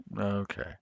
Okay